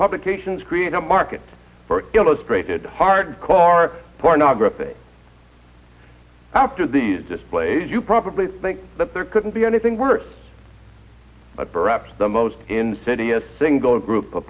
publications create a market for illustrated hardcore pornography after these displays you probably think that there couldn't be anything worse but perhaps the most insidious single group of